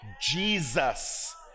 Jesus